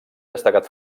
destacat